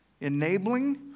Enabling